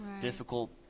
difficult